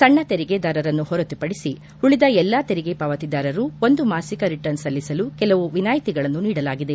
ಸಣ್ಣ ತೆರಿಗೆದಾರರನ್ನು ಹೊರತುಪಡಿಸಿ ಉಳಿದ ಎಲ್ಲಾ ತೆರಿಗೆ ಪಾವತಿದಾರರು ಒಂದು ಮಾಸಿಕ ರಿಟರ್ನ್ ಸಲ್ಲಿಸಲು ಕೆಲವು ವಿನಾಯಿತಿಗಳನ್ನು ನೀಡಲಾಗಿದೆ